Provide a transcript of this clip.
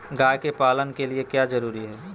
गाय के पालन के लिए क्या जरूरी है?